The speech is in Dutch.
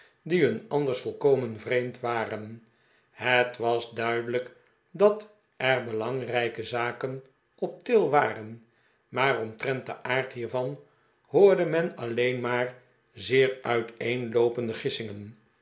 die hun anders volkomen vreemd waren het was duidelijk dat er belangrijke zaken op til waren maar omtrent den aard hiervan hoorde men alleen maar zeer uiteenloopende